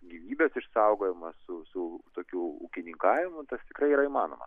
gyvybės išsaugojimą su su tokiu ūkininkavimu tas tikrai yra įmanoma